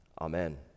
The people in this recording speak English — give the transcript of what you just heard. Amen